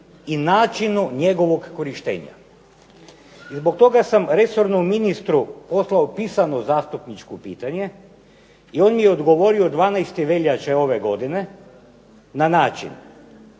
i načinu njegovog korištenja. I zbog toga sam resornom ministru poslao pisano zastupničko pitanje i on mi je odgovorio 12. veljače ove godine na način